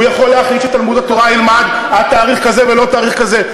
הוא יכול להחליט שתלמוד-התורה ילמד עד תאריך כזה ולא תאריך כזה.